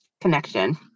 connection